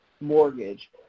mortgage